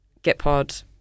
Gitpod